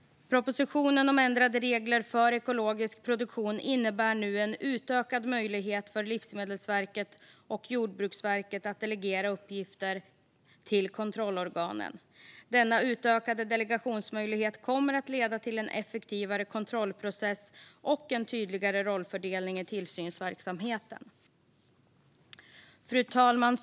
Propositionen om ändrade regler för ekologisk produktion innebär nu en utökad möjlighet för Livsmedelsverket och Jordbruksverket att delegera uppgifter till kontrollorganen. Denna utökade delegationsmöjlighet kommer att leda till en effektivare kontrollprocess och en tydligare rollfördelning i tillsynsverksamheten. Fru talman!